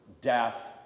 death